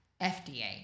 FDA